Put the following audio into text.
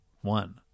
one